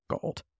gold